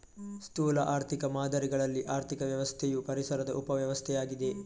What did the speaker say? ಸ್ಥೂಲ ಆರ್ಥಿಕ ಮಾದರಿಗಳಲ್ಲಿ ಆರ್ಥಿಕ ವ್ಯವಸ್ಥೆಯು ಪರಿಸರದ ಉಪ ವ್ಯವಸ್ಥೆಯಾಗಿದೆ